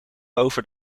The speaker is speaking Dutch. over